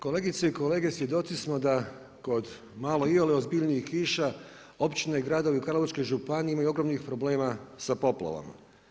Kolegice i kolege, svjedoci smo da kod malo iole ozbiljnijih kiša, općine i gradovi u Karlovačkoj županiji imaju ogromnih problema sa poplavama.